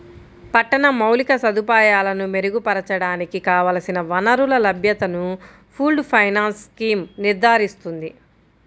పట్టణ మౌలిక సదుపాయాలను మెరుగుపరచడానికి కావలసిన వనరుల లభ్యతను పూల్డ్ ఫైనాన్స్ స్కీమ్ నిర్ధారిస్తుంది